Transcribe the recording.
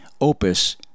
opus